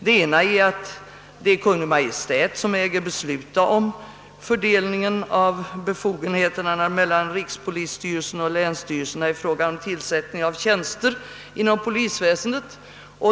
Det ena är att det är Kungl. Maj:t som äger besluta om fördelningen av befogenheter mellan rikspolisstyrelsen och länsstyrelserna i fråga om tillsättning av tjänster inom polisväsendet.